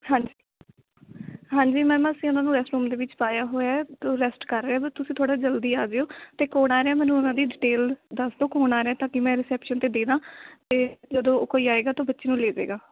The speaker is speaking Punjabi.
ਹਾਂਜੀ ਹਾਂਜੀ ਮੈਮ ਅਸੀਂ ਉਹਨਾਂ ਨੂੰ ਰੈਸਟ ਰੂਮ ਦੇ ਵਿੱਚ ਪਾਇਆ ਹੋਇਆ ਰੈਸਟ ਕਰ ਰਿਹਾ ਅਤੇ ਤੁਸੀਂ ਥੋੜ੍ਹਾ ਜਲਦੀ ਆ ਜਾਉ ਅਤੇ ਕੌਣ ਆ ਰਿਹਾ ਮੈਨੂੰ ਉਹਨਾਂ ਦੀ ਡਿਟੇਲ ਦੱਸ ਦਿਉ ਕੌਣ ਆ ਰਿਹਾ ਤਾਂ ਕਿ ਮੈਂ ਰਿਸੈਪਸ਼ਨ 'ਤੇ ਦੇ ਦੇਵਾਂ ਅਤੇ ਜਦੋਂ ਕੋਈ ਆਏਗਾ ਤਾਂ ਉਹ ਬੱਚੇ ਨੂੰ ਲੈ ਜਾਵੇਗਾ